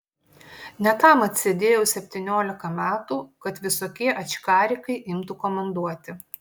ne tam atsėdėjau septyniolika metų kad visokie ačkarikai imtų komanduoti